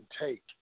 take